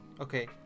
okay